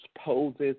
poses